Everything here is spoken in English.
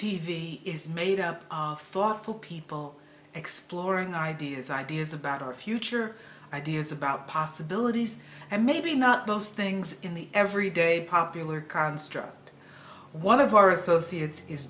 v is made up thoughtful people exploring ideas ideas about our future ideas about possibilities and maybe not those things in the every day popular construct one of our associates is